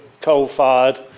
coal-fired